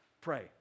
Pray